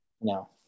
No